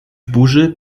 burzy